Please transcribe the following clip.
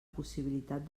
possibilitat